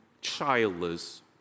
childless